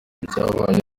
ibyabaye